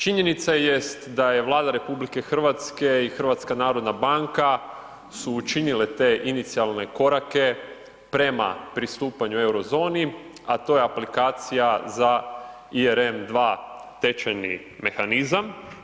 Činjenica jest da je Vlada RH i HNB su učinile te inicijalne korake prema pristupanju euro zoni, a to je aplikacija za ERN 2 tečajni mehanizam.